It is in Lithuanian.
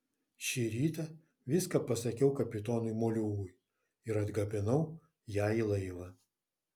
šį rytą viską pasakiau kapitonui moliūgui ir atgabenau ją į laivą